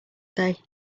day